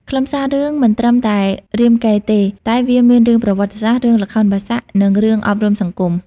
ខ្លឹមសាររឿងមិនត្រឹមតែរាមកេរ្តិ៍ទេ តែមានរឿង ប្រវត្តិសាស្ត្រ រឿង ល្ខោនបាសាក់ និង រឿងអប់រំសង្គម។